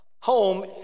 home